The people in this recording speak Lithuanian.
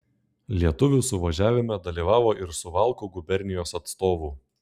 lietuvių suvažiavime dalyvavo ir suvalkų gubernijos atstovų